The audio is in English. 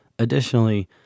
Additionally